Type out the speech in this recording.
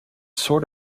sort